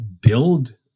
build